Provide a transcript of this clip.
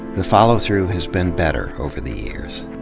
the follow-through has been better over the years.